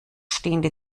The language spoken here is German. stehende